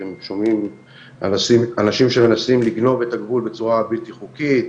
אתם שומעים על אנשים שמנסים לגנוב את הגבול בצורה בלתי חוקית,